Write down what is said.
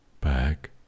back